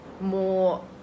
more